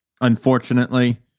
Unfortunately